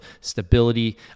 stability